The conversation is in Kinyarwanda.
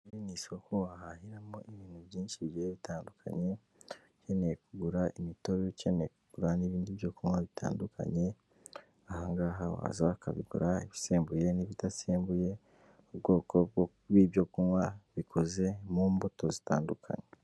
Iri ni isoko wahahiramo ibintu byinshi bigiye bitandukanye, ukeneye kugura imitobe, ukeneye kugura n'ibindi byo kunywa bitandukanye, aha ngaha waza bakabikora, ibisembuye n'ibidasembuye ubwoko bw'ibyokunywa bikoze mu mbuto zitandukanye.